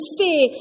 fear